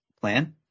plan